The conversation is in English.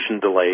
delays